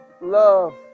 Love